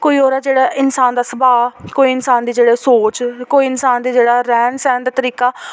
कोई ओह्दा जेह्ड़ा इंसान दा स्भाह् कोई इंसान जेह्ड़ी सोच कोई इंसान दा जेह्ड़ा रैह्न सैह्न दा तरीका